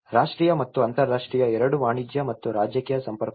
ರಾಷ್ಟ್ರೀಯ ಮತ್ತು ಅಂತರರಾಷ್ಟ್ರೀಯ ಎರಡೂ ವಾಣಿಜ್ಯ ಮತ್ತು ರಾಜಕೀಯ ಸಂಪರ್ಕಗಳು